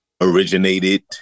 originated